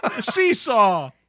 Seesaw